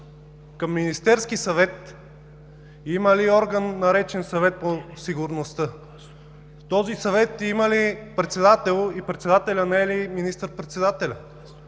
към Министерския съвет има ли орган, наречен Съвет по сигурността? В този съвет има ли председател? Председателят не е ли министър председателят?